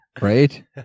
Right